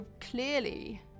clearly